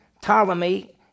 Ptolemy